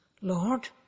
Lord